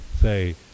say